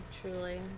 truly